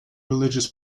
religious